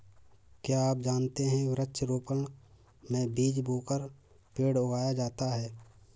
क्या आप जानते है वृक्ष रोपड़ में बीज बोकर पेड़ उगाया जाता है